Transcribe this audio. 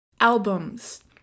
albums